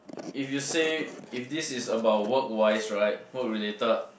if you say if this is about work wise right work related